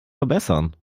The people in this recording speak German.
verbessern